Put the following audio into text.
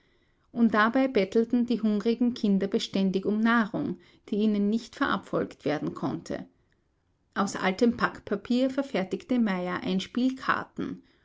und dabei bettelten die hungrigen kinder beständig um nahrung die ihnen nicht verabfolgt werden konnte aus altem packpapier verfertigte meyer ein spiel karten